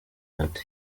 melody